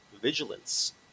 vigilance